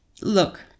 Look